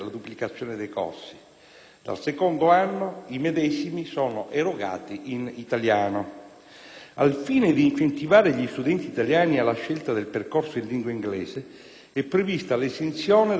dal secondo anno i medesimi sono erogati in italiano. Al fine di incentivare gli studenti italiani alla scelta del percorso in lingua inglese, è prevista l'esenzione dal pagamento delle tasse,